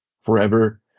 forever